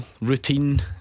routine